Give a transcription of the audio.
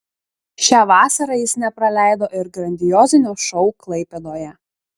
šią vasarą jis nepraleido ir grandiozinio šou klaipėdoje